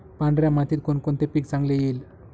पांढऱ्या मातीत कोणकोणते पीक चांगले येईल?